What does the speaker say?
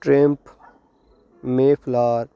ਟ੍ਰੇਨਪ ਮੇਫਲਾਰ